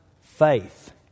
faith